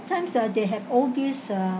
times ah they have all these uh